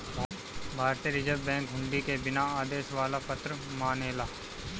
भारतीय reserve bank हुंडी के बिना आदेश वाला पत्र मानेला